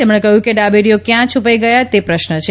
તેમણે કહ્યું કે ડાબેરીઓ કયાં દ્વપાઇ ગયા તે પ્રશ્ન છે